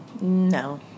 No